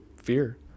fear